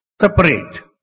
separate